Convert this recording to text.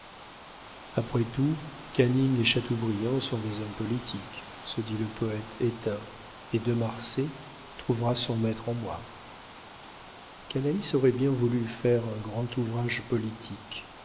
après tout canning et chateaubriand sont des hommes politiques se dit le poëte éteint et de marsay trouvera son maître en moi canalis aurait bien voulu faire un grand ouvrage politique